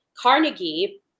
Carnegie